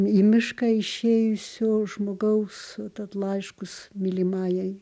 į mišką išėjusio žmogaus tad laiškus mylimajai